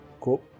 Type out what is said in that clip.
Cool